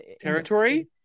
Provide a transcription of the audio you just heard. Territory